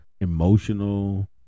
emotional